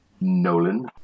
Nolan